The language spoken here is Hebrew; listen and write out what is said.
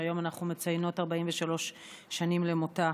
שהיום אנחנו מציינות 43 שנים למותה.